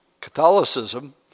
Catholicism